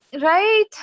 Right